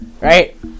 right